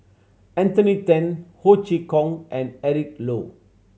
Anthony Then Ho Chee Kong and Eric Low